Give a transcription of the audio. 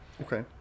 okay